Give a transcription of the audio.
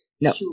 No